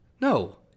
No